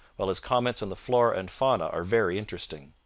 while his comments on the flora and fauna are very interesting.